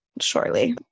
shortly